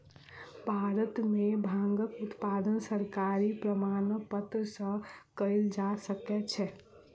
भारत में भांगक उत्पादन सरकारी प्रमाणपत्र सॅ कयल जा सकै छै